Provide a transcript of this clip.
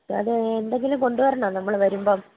sir എന്തെങ്കിലും കൊണ്ടുവരണോ നമ്മള് വരുമ്പം